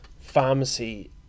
pharmacy